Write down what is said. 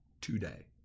today